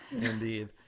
Indeed